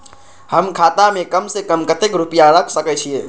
हम खाता में कम से कम कतेक रुपया रख सके छिए?